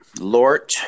Lord